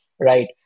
Right